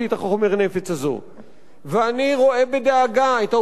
ואני רואה בדאגה את העובדה שהמזרח התיכון כולו